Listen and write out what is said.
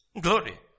glory